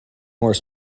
more